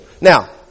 Now